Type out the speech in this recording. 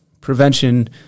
prevention